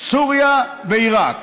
סוריה ועיראק,